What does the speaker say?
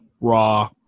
raw